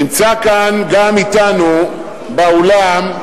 נמצא כאן אתנו באולם,